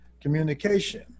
communication